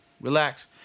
relax